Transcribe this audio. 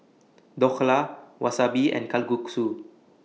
Dhokla Wasabi and Kalguksu